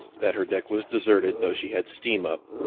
that her deck was deserted, though she had steam up,